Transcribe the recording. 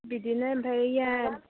बिदिनो ओमफ्राय ओइया